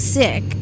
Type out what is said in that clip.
sick